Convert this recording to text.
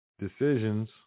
decisions